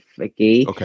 okay